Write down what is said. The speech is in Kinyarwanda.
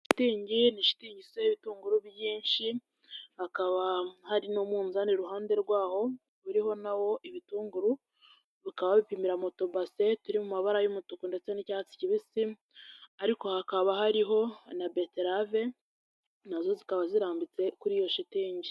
Shitingi ni shitingi isutseho ibitunguru byinshi, hakaba hari n'umuzani iruhande rwaho, uriho na wo ibitunguru, bakaba bapimira mu tubase turi mu mabara y'umutuku ndetse n'icyatsi kibisi ariko hakaba hariho na beterave na zo zikaba zirambitse kuri iyo shitingi.